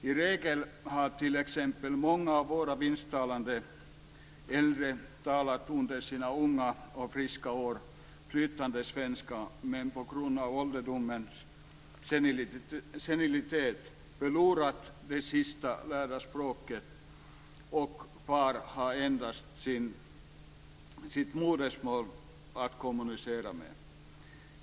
I regel har t.ex. många av våra finsktalande äldre talat flytande svenska under sina unga och friska år, men på grund av ålderdomens senilitet kan de ha förlorat det sist lärda språket. Kvar har de endast sitt modersmål att kommunicera på.